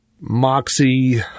Moxie